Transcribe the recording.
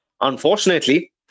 Unfortunately